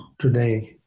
today